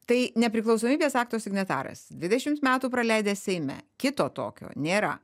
tai nepriklausomybės akto signataras dvidešimt metų praleidęs seime kito tokio nėra